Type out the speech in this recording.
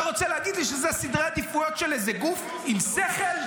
אתה רוצה להגיד לי שאלו סדרי העדיפויות של איזה גוף עם שכל?